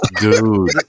Dude